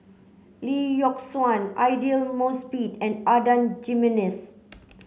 Lee Yock Suan Aidli Mosbit and Adan Jimenez